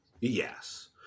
yes